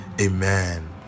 Amen